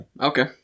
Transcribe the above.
Okay